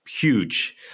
Huge